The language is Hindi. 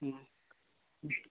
हम्म